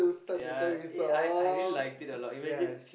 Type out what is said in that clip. ya eh I I really liked it a lot imagine